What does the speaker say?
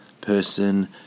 person